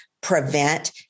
prevent